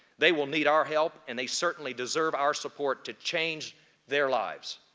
they will need our help, and they certainly deserve our support to change their lives.